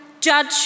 judge